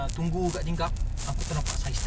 and talent also takde oren